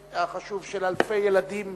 החשוב: אלפי ילדים